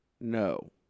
No